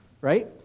right